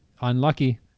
Unlucky